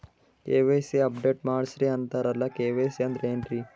KYC update ಮಾಡಸ್ರೀ ಅಂತರಲ್ಲ KYC ಅಂದ್ರ ಏನ್ರೀ?